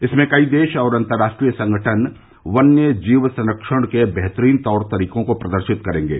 इसमें कई देश और अंतरराष्ट्रीय संगठन वन्य जीव संरक्षण के बेहतरीन तौर तरीकों को प्रदर्शित करेंगे